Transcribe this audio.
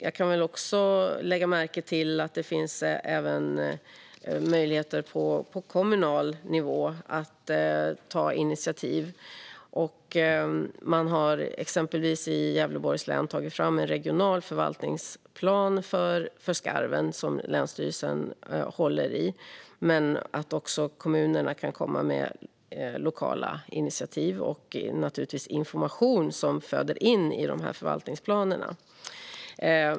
Jag lägger också märke till att det finns möjligheter att ta initiativ på kommunal nivå. Man har exempelvis i Gävleborgs län tagit fram en regional förvaltningsplan för skarven, som länsstyrelsen håller i. Men även kommunerna kan komma med lokala initiativ och naturligtvis information som föder in i förvaltningsplanerna.